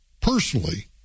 personally